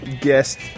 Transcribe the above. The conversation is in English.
guest